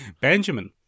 Benjamin